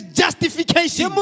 justification